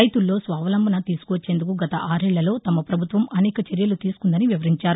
రెతుల్లో స్వావలంబన తీసుకొచ్చేందుకు గత ఆరేళ్లలో తమ ప్రభుత్వం అనేక చర్యలు తీసుకుందని వివరించారు